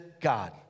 God